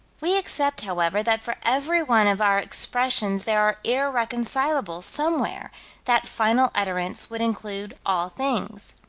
we accept, however, that for every one of our expressions there are irreconcilables somewhere that final utterance would include all things.